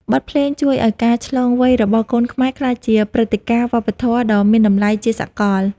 បទភ្លេងជួយឱ្យការឆ្លងវ័យរបស់កូនខ្មែរ ក្លាយជាព្រឹត្តិការណ៍វប្បធម៌ដ៏មានតម្លៃជាសកល។